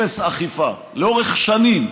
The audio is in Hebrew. אפס אכיפה לאורך שנים.